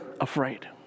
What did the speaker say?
afraid